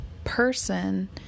person